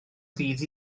ddydd